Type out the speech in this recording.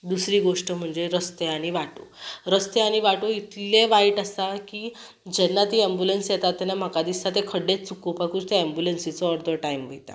दुसरी गोश्ट म्हणजे रस्ते आनी वाटो रस्ते आनी वाटो इतले वायट आसता की जेन्ना ती अँबुलन्स येता तेन्ना म्हाका दिसता ते खड्डे चुकोवपाकूच त्या अँबुलन्सीचो अर्दो टायम वयता